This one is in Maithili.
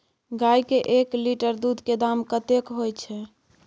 गाय के एक लीटर दूध के दाम कतेक होय छै?